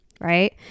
right